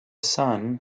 son